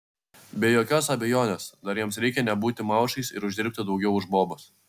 be jokios abejonės dar jiems reikia nebūti maušais ir uždirbti daugiau už bobas